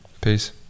peace